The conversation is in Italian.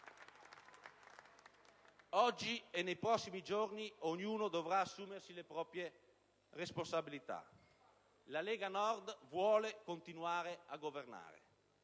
Oggi e nei prossimi giorni ognuno dovrà assumersi le proprie responsabilità. La Lega Nord vuole continuare a governare.